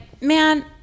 man